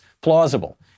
plausible